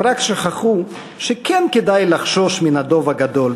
הם רק שכחו שכן כדאי לחשוש מן הדוב הגדול,